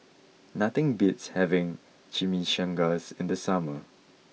nothing beats having Chimichangas in the summer